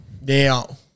Now